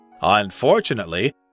Unfortunately